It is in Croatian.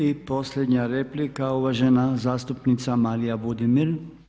I posljednja replika uvažena zastupnica Marija Budimir.